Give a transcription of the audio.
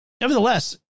nevertheless